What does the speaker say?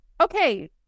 Okay